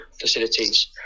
facilities